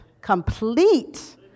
complete